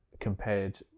compared